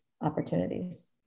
opportunities